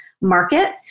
market